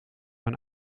mijn